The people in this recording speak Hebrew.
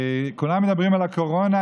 כולם מדברים על הקורונה.